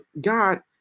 God